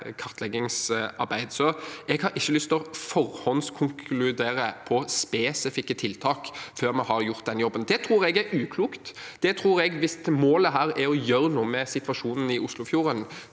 kartleggingsarbeid. Jeg har ikke lyst til å forhåndskonkludere på spesifikke tiltak før vi har gjort den jobben. Det tror jeg er uklokt. Hvis målet her er å gjøre noe med situasjonen i Oslofjorden,